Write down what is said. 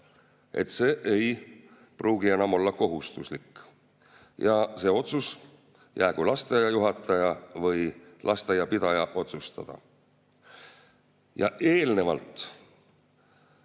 et see ei pruugi enam olla kohustuslik ja see otsus jäägu lasteaia juhataja või lasteaia pidaja otsustada. Eelnevast